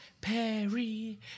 Perry